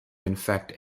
infect